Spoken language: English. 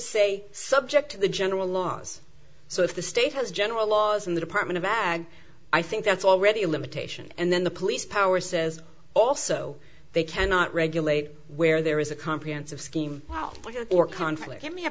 say subject to the general laws so if the state has general laws in the department of bag i think that's already a limitation and then the police power says also they cannot regulate where there is a comprehensive scheme well or conflict a